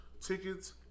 tickets